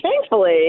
Thankfully